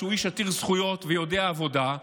שהוא איש עתיר זכויות ויודע עבודה,